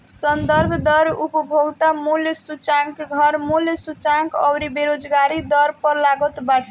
संदर्भ दर उपभोक्ता मूल्य सूचकांक, घर मूल्य सूचकांक अउरी बेरोजगारी दर पअ लागत बाटे